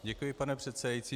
Děkuji, pane předsedající.